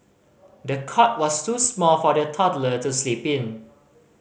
the cot was too small for the toddler to sleep in